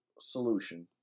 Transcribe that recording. solution